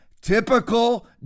Typical